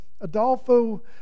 Adolfo